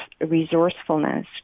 resourcefulness